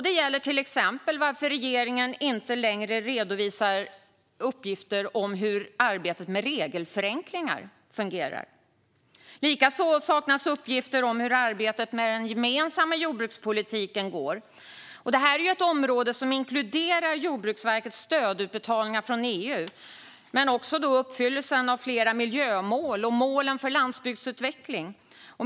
Det gäller till exempel varför regeringen inte längre redovisar uppgifter om hur arbetet med regelförenklingar fortgår. Likaså saknas uppgifter om hur arbetet med den gemensamma jordbrukspolitiken går. Detta är ett område som inkluderar Jordbruksverkets stödutbetalningar från EU men också uppfyllelsen av flera miljömål och målen för landsbygdsutveckling.